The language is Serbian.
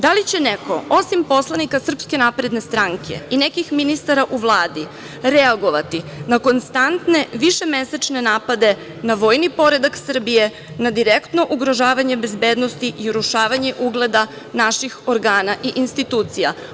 Da li će neko, osim poslanika SNS i nekih ministara u Vladi, reagovati na konstantne višemesečne napade na vojni poredak Srbije, na direktno ugrožavanje bezbednosti i urušavanje ugleda naših organa i institucija?